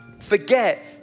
forget